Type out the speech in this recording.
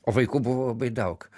o vaikų buvo labai daug